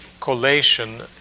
collation